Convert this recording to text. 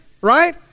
right